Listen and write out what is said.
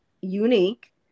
unique